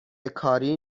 کاری